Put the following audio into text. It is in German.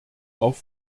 auf